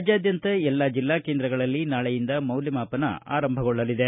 ರಾಜ್ಞಾದ್ದಂತ ಎಲ್ಲಾ ಜಿಲ್ಲಾ ಕೇಂದ್ರಗಳಲ್ಲಿ ನಾಳೆಯಿಂದ ಮೌಲ್ಡಮಾಪನ ಆರಂಭವಾಗಲಿದೆ